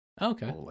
Okay